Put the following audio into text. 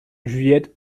juliette